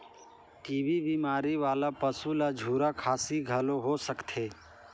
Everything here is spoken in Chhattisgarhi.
टी.बी बेमारी वाला पसू ल झूरा खांसी घलो हो सकथे